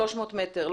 300 מטרים,